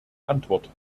antwort